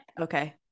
okay